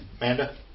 Amanda